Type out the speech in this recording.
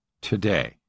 today